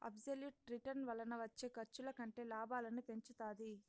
absolute return వలన వచ్చే ఖర్చుల కంటే లాభాలను పెంచుతాది